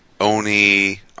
Oni